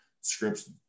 scripts